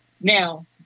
Now